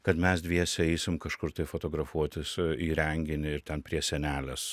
kad mes dviese eisim kažkur tai fotografuotis į renginį ir ten prie sienelės